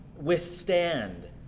withstand